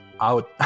out